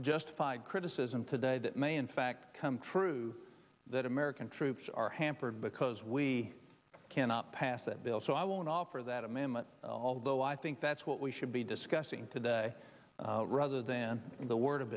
justified criticism today that may in fact come true that american troops are hampered because we cannot pass that bill so i won't offer that amendment although i think that's what we should be discussing today rather than the word of